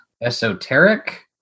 Esoteric